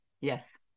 yes